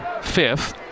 fifth